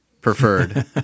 preferred